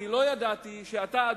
אני לא ידעתי שאתה,